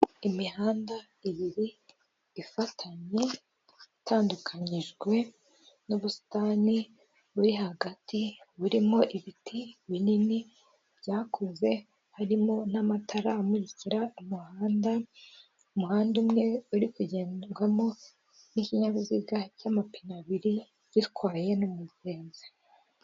Imihanda ibiri ifatanye itandukanyijwe n'ubusitani buri hagati burimo ibiti binini byakuze, harimo n'amatara amurikira umuhanda, umuhanda umwe uri kugenderwamo n'ikinyabiziga cy'amapine abiri gitwaye n'umugenzi.